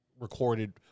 recorded